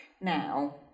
now